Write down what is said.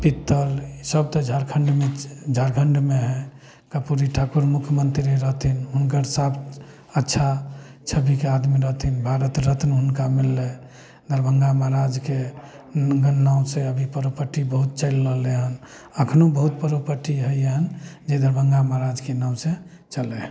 पीतल तऽ झारखण्डमे झारखण्डमे हइ कर्पूरी ठाकुर मुख्यमन्त्री रहथिन हुनकर साफ अच्छा छविके आदमी रहथिन भारत रत्न हुनका मिललइ दरभंगा महाराजके हुनकर नामसँ अभी प्रॉपर्टी बहुत चलि रहलइ हइ एखनो बहुत प्रॉपर्टी हइ एहन जे दरभंगा महाराजके नामसँ चलय हइ